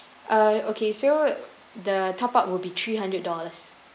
uh okay so the top up would be three hundred dollars